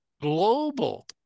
global